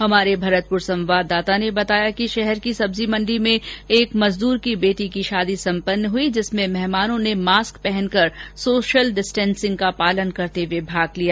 हमारे भरतपूर संवाददाता ने बताया कि शहर की सब्जीमंडी में एक मजदूर की बेटी की शादी सम्पन्न हुई जिसमें मेहमानों ने मास्क पहनकर सोशल डिस्टेसिंग का पालन करते हुए भाग लिया